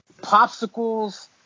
popsicles